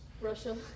Russia